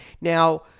Now